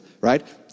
right